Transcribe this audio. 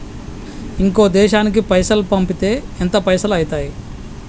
ఇంకో దేశానికి పైసల్ పంపితే ఎంత పైసలు అయితయి?